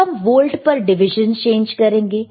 अब हम वोल्ट पर डिविजन चेंज करेंगे